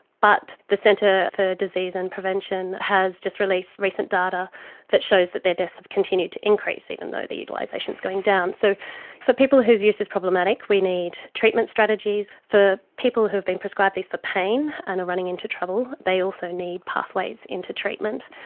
but the centre for disease and prevention has just released recent data that shows that their deaths have continued to increase, even though the utilisation is going down. so for people whose use is problematic we need treatment strategies. for people who have been prescribed these for pain and are running into trouble, they also need pathways into treatment.